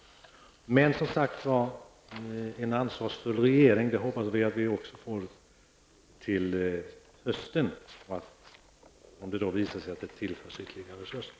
Vi hoppas också att vi får en ansvarsfull regering till hösten och att det då tillförs ytterligare resurser.